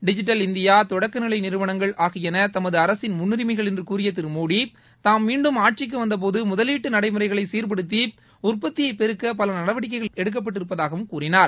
digital India தொடக்க நிலை நிறுவனங்கள் ஆகியன தமது அரசின் முன்னுரிமைகள் என்று கூறிய திரு மோடி தாம் மீண்டும் ஆட்சிக்கு வந்தபோத முதவீட்டு நடைமுறைகளை சீர்படுத்தி உற்பத்தியை பெருக்க பல நடவடிக்கைகள் எடுக்கப்பட்டிருப்பதாகவும் கூறினார்